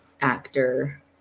actor